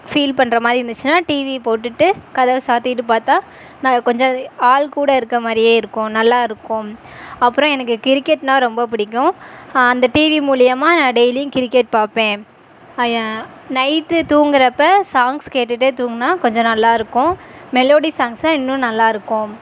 feel பண்ணுற மாதிரி இருந்துச்சுன்னா டிவியை போட்டுட்டு கதவை சாற்றிக்கிட்டு பார்த்தா நான் கொஞ்சம் ஆள் கூட இருக்க மாதிரியே இருக்கும் நல்லாருக்கும் அப்புறம் எனக்கு கிரிக்கெட்ன்னா ரொம்ப பிடிக்கும் அந்த டிவி மூலயமா நான் டெய்லியும் கிரிக்கெட் பாப்பேன் நைட் தூங்குறப்போ சாங்ஸ் கேட்டுட்டே தூங்குனால் கொஞ்சம் நல்லாருக்கும் மெலோடி சாங்ஸ்ன்னா இன்னும் நல்லாருக்கும்